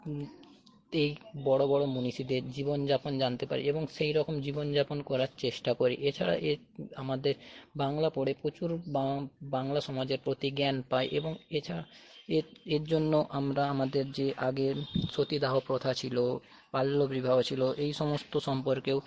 এই বড়ো বড়ো মণীষীদের জীবনযাপন জানতে পারি এবং সেই রকম জীবনযাপন করার চেষ্টা করি এছাড়া আমাদের বাংলা পড়ে প্রচুর বাংলা সমাজের প্রতি জ্ঞান পাই এবং এছাড়া এর জন্য আমরা আমাদের যে আগের সতীদাহ প্রথা ছিলো বাল্যবিবাহ ছিলো এই সমস্ত সম্পর্কেও